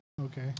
okay